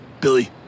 Billy